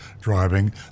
driving